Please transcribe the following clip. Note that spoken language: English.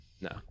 No